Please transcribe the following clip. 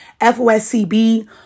FOSCB